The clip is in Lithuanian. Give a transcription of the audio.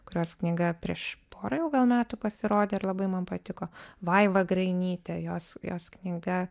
kurios knyga prieš porą jau gal metų pasirodė ir labai man patiko vaiva grainytė jos jos knyga